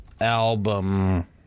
album